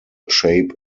shape